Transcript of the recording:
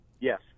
Yes